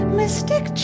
mystic